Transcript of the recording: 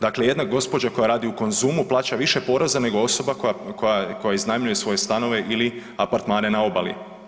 Dakle, jedna gospođa koja radi u Konzumu plaća više poreza nego osoba koja iznajmljuje svoje stanove ili apartmane na obali.